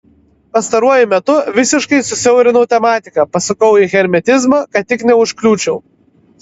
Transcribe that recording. pastaruoju metu visiškai susiaurinau tematiką pasukau į hermetizmą kad tik neužkliūčiau